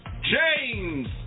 James